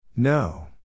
No